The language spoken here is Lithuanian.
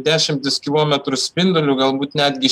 dešimtis kilometrų spindulių galbūt netgi